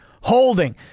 holding